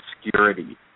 obscurity